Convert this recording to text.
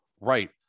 Right